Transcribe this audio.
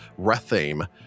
Rathame